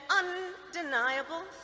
undeniable